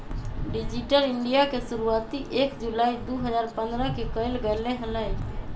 digital India के शुरुआती एक जुलाई दु हजार पन्द्रह के कइल गैले हलय